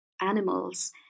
animals